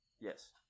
Yes